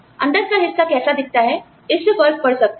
अंदर का हिस्सा कैसा दिखता है इससे फर्क पड़ सकता है